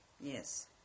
Yes